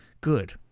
Good